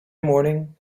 morning